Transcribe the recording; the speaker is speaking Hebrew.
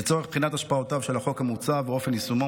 לצורך בחינת השפעותיו של החוק המוצע ואופן יישומו,